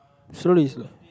slowly slow